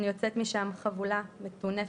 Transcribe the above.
אני יוצאת משם חבולה, מטונפת,